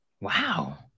Wow